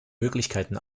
möglichkeiten